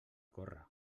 córrer